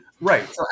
Right